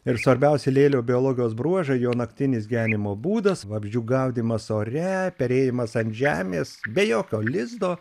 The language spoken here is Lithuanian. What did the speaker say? ir svarbiausią lėlio biologijos bruožą jo naktinis gyvenimo būdas vabzdžių gaudymas ore perėjimas ant žemės be jokio lizdo